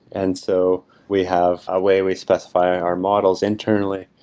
and so we have a way we specify our models internally.